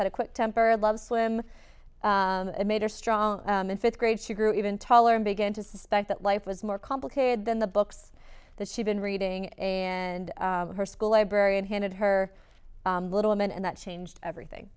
had a quick temper love swim it made her stronger in fifth grade she grew even taller and began to suspect that life was more complicated than the books that she'd been reading and her school librarian handed her little men and that changed everything